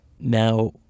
Now